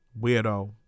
weirdo